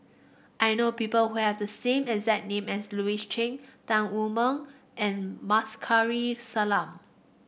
I know people who have the same exact name as Louis Chen Tan Wu Meng and Kamsari Salam